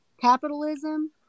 Capitalism